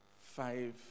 five